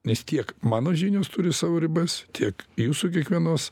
nes tiek mano žinios turi savo ribas tiek jūsų kiekvienos